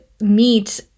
meet